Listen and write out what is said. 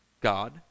God